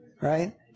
right